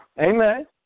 Amen